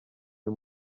uyu